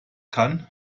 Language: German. kann